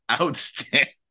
outstanding